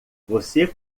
você